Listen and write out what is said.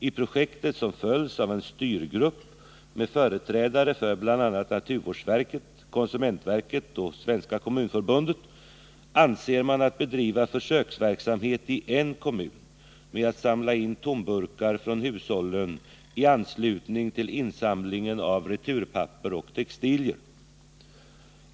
I projektet, som följs av en styrgrupp med företrädare för bl.a. naturvårdsverket, konsumentverket och Svenska kommunförbundet, avser man att bedriva försöksverksamhet i en kommun med att samla in tomburkar från hushållen i anslutning till insamlingen av returpapper och textilier.